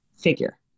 figure